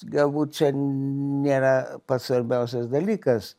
galbūt čia nėra pats svarbiausias dalykas